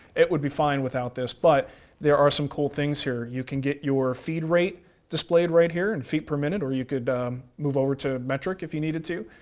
it would be fine without this, but there are some cool things here. you can get your feed rate displayed right here in feet per minutes, or you could move over to metric if you needed to,